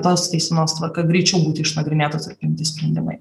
tos teismuos tvarka greičiau būti išnagrinėtos ir primti sprendimai